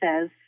says